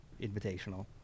Invitational